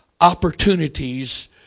opportunities